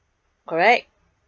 correct